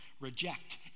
reject